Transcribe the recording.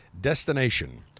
destination